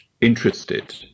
interested